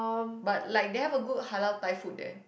but like they have a good halal Thai food there